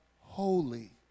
holy